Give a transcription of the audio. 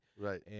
Right